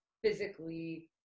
Physically